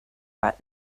but